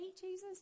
Jesus